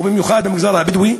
ובמיוחד במגזר הבדואי,